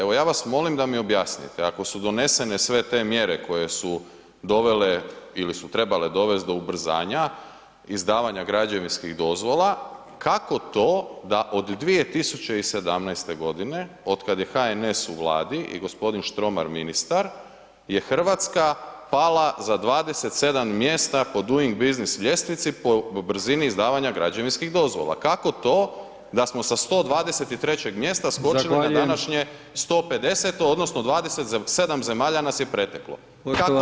Evo, ja vas molim da mi objasnite, ako su donesene sve te mjere koje su dovele ili su trebale dovesti do ubrzanja izdavanja građevinskih dozvola, kako to da od 2017. g. otkad je HNS u Vladi i g. Štromar ministar je Hrvatska pala za 27. mjesta po Doing Business ljestvici o brzini izdavanja građevinskih dozvola, kako to da smo sa 123. mjesta skočili na [[Upadica: Zahvaljujem.]] današnje 150., odnosno 27. zemalja nas je preteklo.